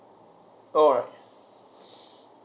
alright